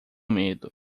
medo